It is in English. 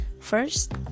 First